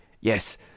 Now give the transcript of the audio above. Yes